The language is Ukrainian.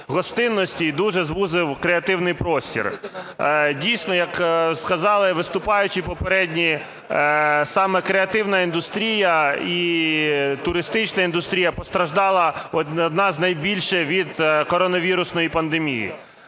Дійсно, як сказали виступаючі попередні, саме креативна індустрія і туристична індустрія постраждала, одна з найбільше, від коронавірусної пандемії.